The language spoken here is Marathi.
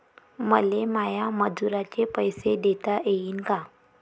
मले माया मजुराचे पैसे देता येईन का?